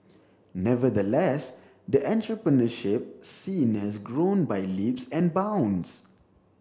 nevertheless the entrepreneurship scene has grown by leaps and bounds